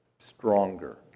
Stronger